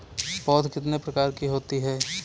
पौध कितने प्रकार की होती हैं?